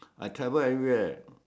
I travel every where